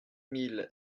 mille